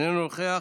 איננו נוכח.